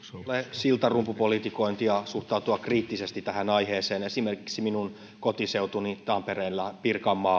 siltarumpupolitikointia suhtautua kriittisesti tähän aiheeseen esimerkiksi minun kotiseutuni tampere pirkanmaa